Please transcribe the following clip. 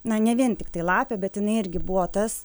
na ne vien tiktai lapė bet jinai irgi buvo tas